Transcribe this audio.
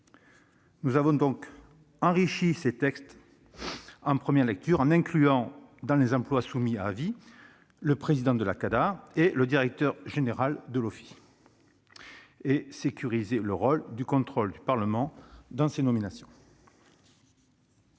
Nous avons donc enrichi ces textes en première lecture en incluant dans les emplois soumis à avis le président de la CADA et le directeur général de l'OFII et en sécurisant le rôle de contrôle du Parlement dans ces nominations.